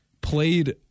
Played